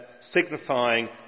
signifying